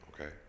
Okay